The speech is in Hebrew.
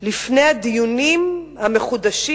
לפני הדיונים המחודשים,